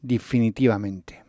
Definitivamente